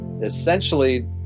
essentially